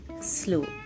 slow